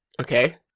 okay